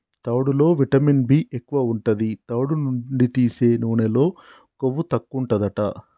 తవుడులో vitamin B ఎక్కువు ఉంటది, తవుడు నుండి తీసే నూనెలో కొవ్వు తక్కువుంటదట